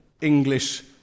English